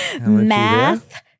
math